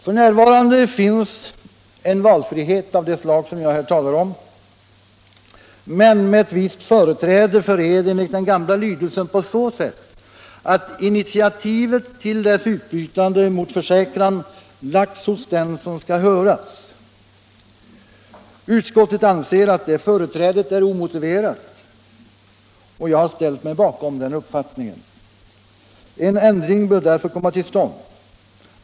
F.n. finns en valfrihet av det slag jag här talar om men med ett visst företräde för ed enligt den gamla lydelsen på så sätt att initiativet till dess utbytande mot försäkran lagts hos den som skall höras. Utskottet anser att det företrädet är omotiverat, och jag har ställt mig bakom den uppfattningen. En ändring bör därför komma till stånd.